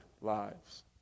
lives